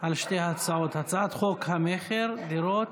על שתי ההצעות: הצעת חוק המכר (דירות)